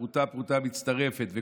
ופרוטה מצטרפת לפרוטה,